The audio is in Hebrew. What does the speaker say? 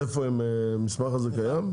המסמך הזה קיים?